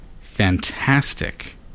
Fantastic